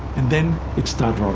and then it started.